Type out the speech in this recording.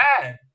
bad